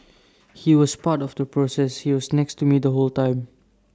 he was part of the process he was next to me the whole time